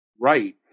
right